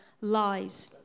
lies